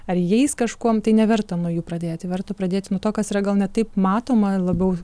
ar jais kažkuom tai neverta nuo jų pradėti verta pradėti to kas yra gal ne taip matoma labiau